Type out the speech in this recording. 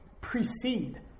Precede